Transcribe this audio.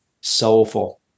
soulful